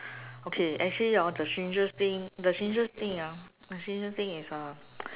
okay actually hor the strangest thing the strangest thing ah the strangest thing is uh